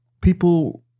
People